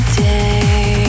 day